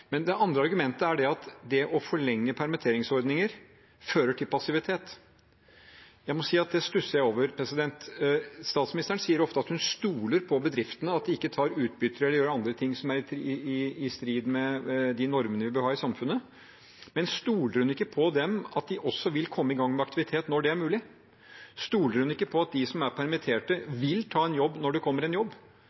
det andre argumentet, at det å forlenge permitteringsordninger fører til passivitet, at det stusser jeg over. Statsministeren sier ofte at hun stoler på bedriftene, at de ikke tar utbytte eller gjør andre ting som er i strid med de normene vi har i samfunnet. Men stoler hun ikke på at de også vil komme i gang med aktivitet når det er mulig? Stoler hun ikke på at de som er permittert, vil ta en jobb når det kommer en jobb?